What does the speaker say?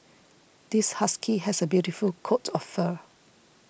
this husky has a beautiful coat of fur